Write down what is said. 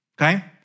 Okay